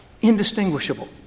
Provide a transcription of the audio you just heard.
indistinguishable